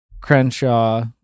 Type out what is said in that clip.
Crenshaw